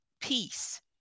peace